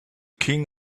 king